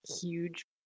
huge